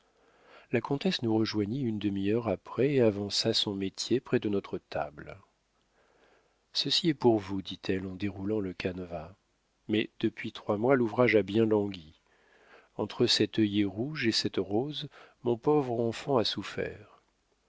la comtesse nous rejoignit une demi-heure après et avança son métier près de notre table ceci est pour vous dit-elle en déroulant le canevas mais depuis trois mois l'ouvrage a bien langui entre cet œillet rouge et cette rose mon pauvre enfant a souffert